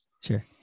Sure